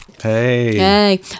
Hey